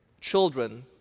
children